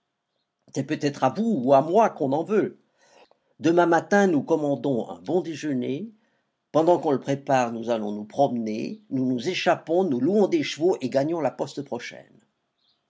c'est peut-être à vous ou à moi qu'on en veut demain matin nous commandons un bon déjeuner pendant qu'on le prépare nous allons nous promener nous nous échappons nous louons des chevaux et gagnons la poste prochaine